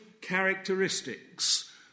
characteristics